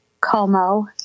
Como